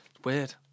Weird